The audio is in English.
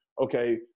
okay